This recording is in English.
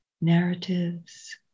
narratives